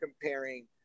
comparing